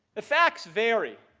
the facts vary.